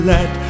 Let